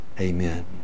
Amen